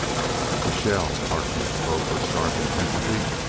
a shell! harkness spoke with sharp intensity.